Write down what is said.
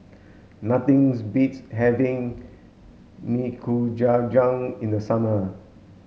nothings beats having Nikujaga in the summer